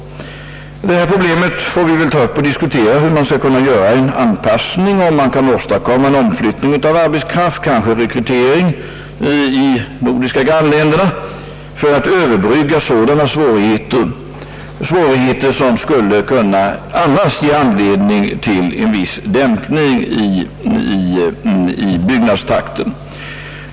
Vad detta problem beträffar får vi väl ta upp och diskutera hur vi skall kunna göra en anpassning. Vi får kanske åstadkomma en omflyttning av arbetskraft, kanske en rekrytering i de nordiska grannländerna för att överbrygga sådana svårigheter, som annars skulle kunna ge anledning till en viss dämpning av byggnadstakten.